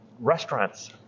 Restaurants